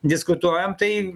diskutuojam tai